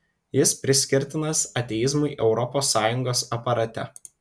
jis priskirtinas ateizmui europos sąjungos aparate